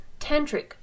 tantric